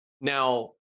Now